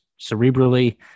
cerebrally